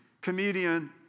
comedian